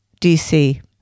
DC